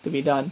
to be done